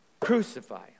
crucify